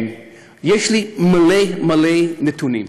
יש לי מלא מלא נתונים.